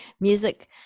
music